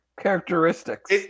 Characteristics